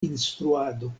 instruado